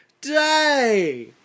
day